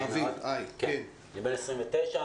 בן 29,